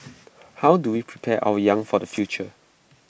how do we prepare our young for the future